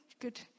good